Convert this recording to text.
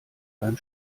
beim